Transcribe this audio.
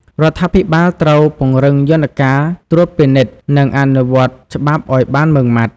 រដ្ឋាភិបាលត្រូវពង្រឹងយន្តការត្រួតពិនិត្យ និងអនុវត្តច្បាប់ឲ្យបានម៉ឺងម៉ាត់។